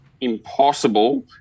impossible